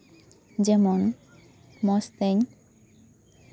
ᱡᱮᱢᱚᱱ ᱢᱚᱡᱽ ᱛᱮᱧ